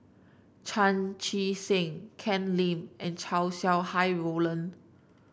Chan Chee Seng Ken Lim and Chow Sau Hai Roland